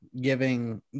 giving